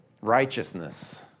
Righteousness